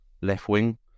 left-wing